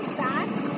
fast